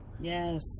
Yes